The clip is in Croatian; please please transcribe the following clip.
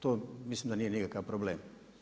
To mislim da nije nikakav problem.